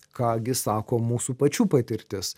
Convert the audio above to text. ką gi sako mūsų pačių patirtis